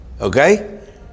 Okay